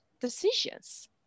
decisions